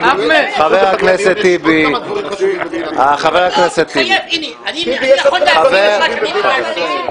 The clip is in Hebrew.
גם טיפולי השיניים --- לא העליתי את זה,